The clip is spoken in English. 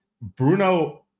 Bruno